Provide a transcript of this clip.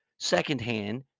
secondhand